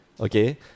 Okay